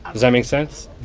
does that make sense?